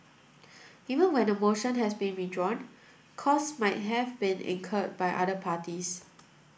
even when a motion had been withdrawn costs might have been incurred by other parties